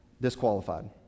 Disqualified